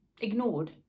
ignored